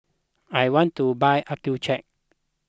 I want to buy Accucheck